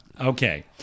Okay